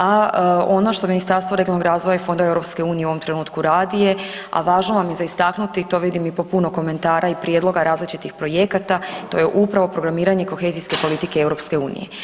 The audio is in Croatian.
A ono što Ministarstvo regionalnog razvoja i fondova EU u ovom trenutku radi je, a važno vam je za istaknuti i to vidim i po puno komentara i prijedloga različitih projekata, to je upravo programiranje kohezijske politike EU.